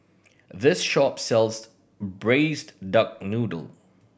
this shop sells Braised Duck Noodle